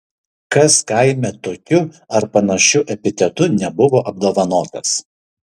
kas kaime tokiu ar panašiu epitetu nebuvo apdovanotas